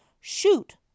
shoot